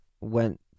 went